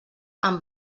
amb